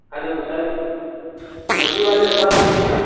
hello sir مچھلی والے سے بات ہو رہی ہے